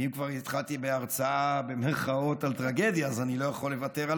אם כבר התחלתי ב"הרצאה" על טרגדיה אז אני לא יכול לוותר על